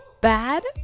bad